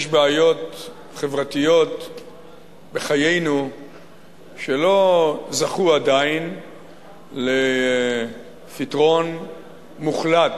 יש בעיות חברתיות בחיינו שלא זכו עדיין לפתרון מוחלט.